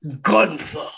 Gunther